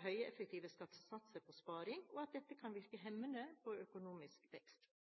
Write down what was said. høye effektive skattesatser på sparing, og at dette kan virke hemmende på økonomisk vekst.